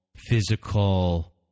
Physical